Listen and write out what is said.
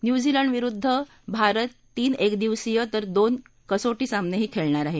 न्यूझीलंडविरुद्ध भारत तीन एकदिवसीय तर दोन कसोटी सामनेही खेळणार आहेत